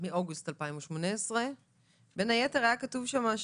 מאוגוסט 2018. בין היתר במה שהיה כתוב שם,